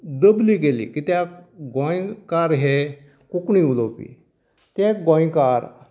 दबली गेली कित्याक गोंयकार हे कोंकणी उलोवपी ते गोंयकार